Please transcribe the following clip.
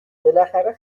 بالاخره